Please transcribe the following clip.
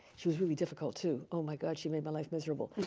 she was really difficult too. oh, my gosh. she made my life miserable.